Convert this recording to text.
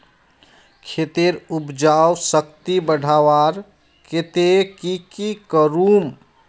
खेतेर उपजाऊ शक्ति बढ़वार केते की की करूम?